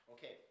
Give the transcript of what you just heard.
Okay